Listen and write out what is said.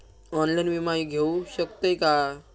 Online विमा घेऊ शकतय का?